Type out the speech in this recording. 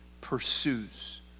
pursues